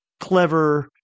clever